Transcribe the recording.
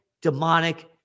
demonic